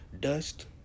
dust